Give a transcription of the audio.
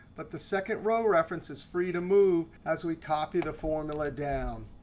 but the second row reference is free to move as we copy the formula down.